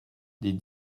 des